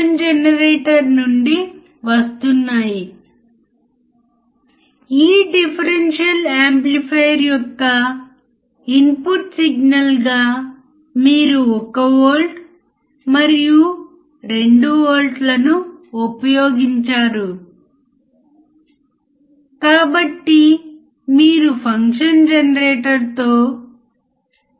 integrated circuit అనగా operational amplifier యొక్క input మరియు అవుట్పుట్ వోల్టేజ్ పరిధి ఏమిటో మీరు అర్థం చేసుకోవచ్చు మరియు ఇది మీరు వర్తించే బయాస్ వోల్టేజ్ మీద ఆధారపడి ఉంటుందని గుర్తుంచుకోండి